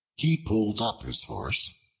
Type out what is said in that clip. he pulled up his horse,